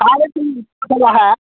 आरो जोंनि खोलाहा